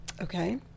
okay